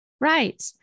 Right